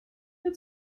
mehr